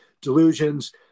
delusions